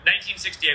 1968